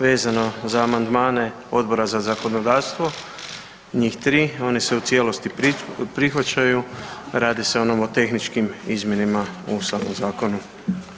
Vezano za amandmane Odbora za zakonodavstvo, njih 3, oni se u cijelosti prihvaćaju, radi se o novotehničkim izmjenama u samom zakonu.